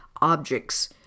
objects